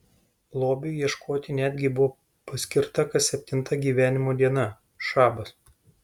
lobiui ieškoti netgi buvo paskirta kas septinta gyvenimo diena šabas